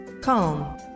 Calm